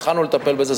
התחלנו לטפל בזה.